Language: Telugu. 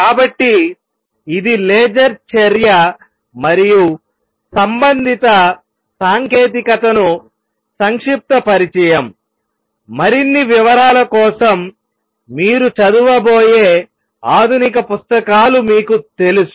కాబట్టి ఇది లేజర్ చర్య మరియు సంబంధిత సాంకేతికతకు సంక్షిప్త పరిచయం మరిన్ని వివరాల కోసం మీరు చదవబోయే ఆధునిక పుస్తకాలు మీకు తెలుసు